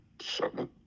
seven